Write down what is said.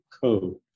code